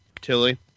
Tilly